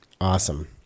awesome